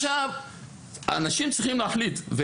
האנשים צריכים להחליט.